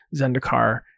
Zendikar